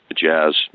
jazz